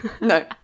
No